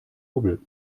hubbel